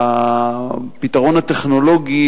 הפתרון הטכנולוגי,